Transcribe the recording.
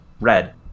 Red